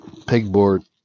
pegboard